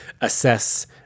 assess